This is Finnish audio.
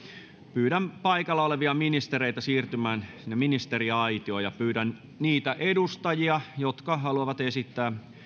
pyydän paikalla olevia ministereitä siirtymään sinne ministeriaitioon ja pyydän niitä edustajia jotka haluavat esittää